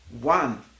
one